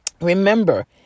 Remember